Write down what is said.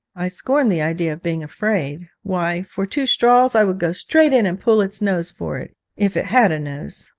i scorned the idea of being afraid. why, for two straws, i would go straight in and pull its nose for it if it had a nose!